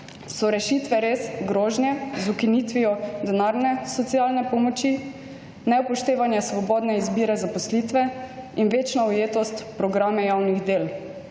So rešitve res grožnje z ukinitvijo denarne socialne pomoči, neupoštevanja svobodne izbire zaposlitve in večna ujetost v programe javnih del?